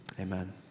amen